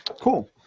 Cool